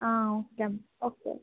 ಹಾಂ okay okay